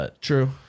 True